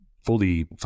fully